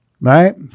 Right